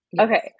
Okay